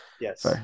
Yes